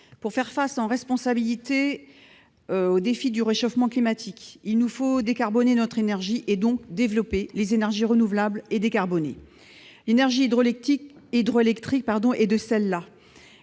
Pour faire face en responsabilité au défi du réchauffement climatique, il nous faut décarboner notre énergie et donc développer les énergies renouvelables, parmi lesquelles l'énergie hydroélectrique.